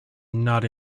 not